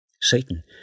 Satan